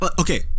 Okay